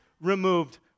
removed